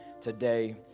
today